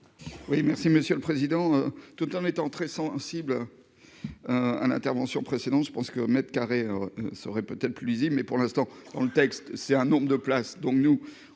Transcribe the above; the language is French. Oui, merci Monsieur le président, tout en étant très sensible à l'intervention précédente, je pense que mètres carré ça aurait peut-être plus lisible, mais pour l'instant dans le texte, c'est un nombre de places, donc nous on